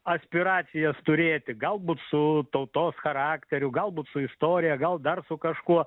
aspiracijas turėti galbūt su tautos charakteriu galbūt su istorija gal dar su kažkuo